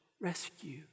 rescue